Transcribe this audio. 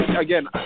again